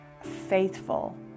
faithful